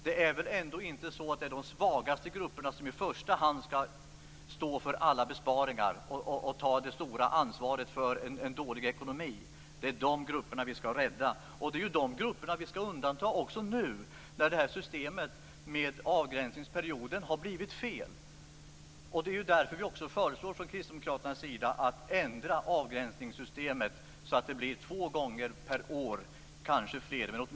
Det är inte de svagaste grupperna som i första hand skall stå för alla besparingar och ta det stora ansvaret för en dålig ekonomi? Det är de grupperna vi skall rädda. Det är de grupperna vi skall undanta nu när systemet med avgränsningsperioden har blivit fel. Det är därför vi kristdemokrater föreslår att avgränsningssystemet skall ändras till två gånger per år - kanske fler.